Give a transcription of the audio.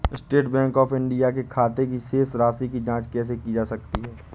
State Bank of India के खाते की शेष राशि की जॉंच कैसे की जा सकती है?